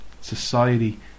Society